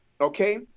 okay